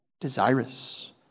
Desirous